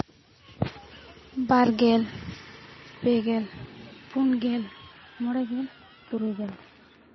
ᱵᱟᱨ ᱜᱮᱞ ᱯᱮ ᱜᱮᱞ ᱯᱩᱱ ᱜᱮᱞ ᱢᱚᱬᱮ ᱜᱮᱞ ᱛᱩᱨᱩᱭ ᱜᱮᱞ